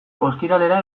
ostiralera